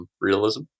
realism